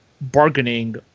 bargaining